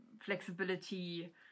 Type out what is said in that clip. flexibility